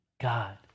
God